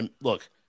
Look